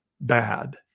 bad